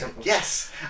Yes